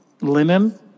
Linen